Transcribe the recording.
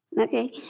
Okay